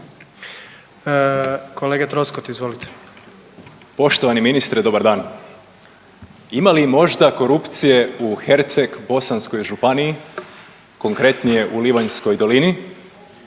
**Troskot, Zvonimir (MOST)** Poštovani ministar dobar dan. Ima li možda korupcije u Hercegbosanskoj županije konkretnije u Livanjskoj dolini